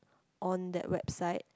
on that website